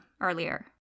earlier